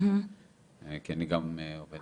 כי אני גם עובד